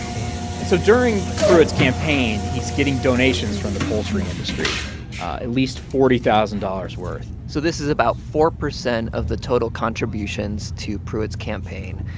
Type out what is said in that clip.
and. so during during pruitt's campaign, he's getting donations from the poultry industry, at least forty thousand dollars worth so this is about four percent of the total contributions to pruitt's campaign.